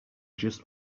just